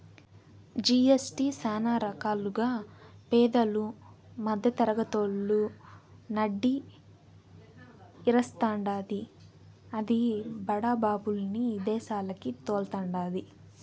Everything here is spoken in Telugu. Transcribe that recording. జి.ఎస్.టీ సానా రకాలుగా పేదలు, మద్దెతరగతోళ్ళు నడ్డి ఇరస్తాండాది, అది బడా బాబుల్ని ఇదేశాలకి తోల్తండాది